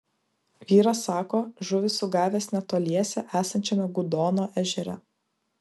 vyras sako žuvį sugavęs netoliese esančiame gudono ežere